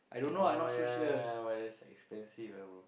oh ya ya ya but that's expensive bro